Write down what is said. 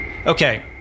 Okay